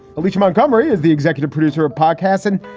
alicia montgomery is the executive producer of park hassin.